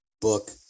book